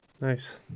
Nice